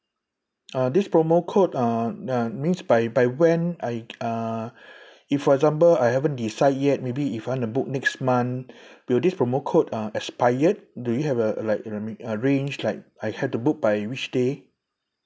uh this promo code uh na~ means by by when I uh if for example I haven't decide yet maybe if I want to book next month will this promo code uh expired do you have a like range like I have to book by which day